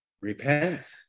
Repent